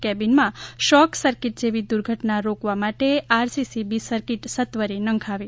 કેબિનમાં shock circuit જેવી દુર્ઘટના રોકવા માટે આરસીસીબી સર્કિટ સત્વરે નંખાવે